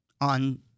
on